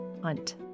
hunt